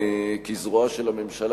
כזרוע של הממשלה,